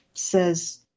says